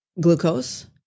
glucose